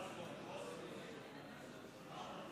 אהרן ברק?